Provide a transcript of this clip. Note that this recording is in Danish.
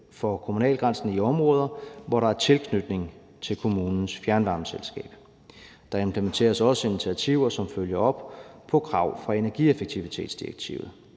for kommunegrænsen i områder, hvor der er tilknytning til kommunens fjernvarmeselskab. Der implementeres også initiativer, som følger op på krav fra energieffektivitetsdirektivet.